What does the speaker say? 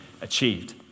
achieved